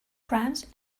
prams